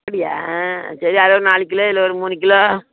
அப்படியா சரி அதில் ஒரு நாலு கிலோ இதில் ஒரு மூணு கிலோ